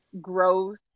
growth